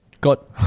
Got